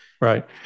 Right